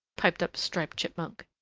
piped up striped chipmunk.